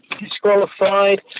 disqualified